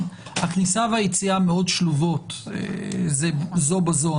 הכניסה והיציאה מאוד שלובות זו בזו.